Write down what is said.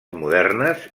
modernes